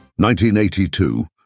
1982